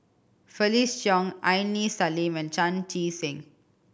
Felix Cheong Aini Salim and Chan Chee Seng